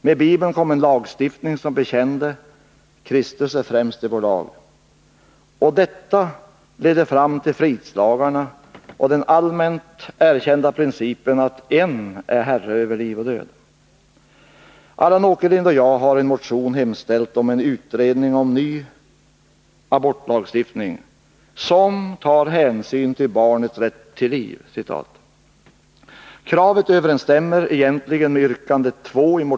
Med Bibeln kom en lagstiftning som bekände: ”Kristus är främst i vår lag.” Och det ledde fram till fridslagarna och den allmänt erkända principen att en är herre över liv och död. Allan Åkerlind och jag har i en motion hemställt om en utredning om en ny abortlagstiftning ”som tar hänsyn till barnets rätt till liv”.